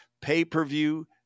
pay-per-view